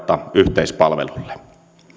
vähemmän tarvetta yhteispalvelulle